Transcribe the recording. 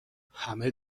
همه